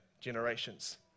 generations